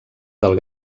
del